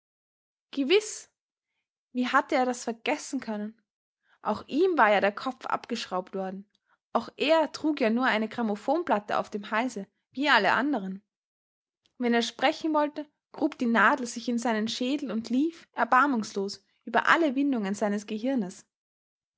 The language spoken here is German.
gewiß wie hatte er das vergessen können auch ihm war ja der kopf abgeschraubt worden auch er trug ja nur eine grammophonplatte auf dem halse wie alle andern wenn er sprechen wollte grub die nadel sich in seinen schädel und lief erbarmungslos über alle windungen seines gehirnes